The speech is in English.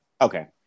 Okay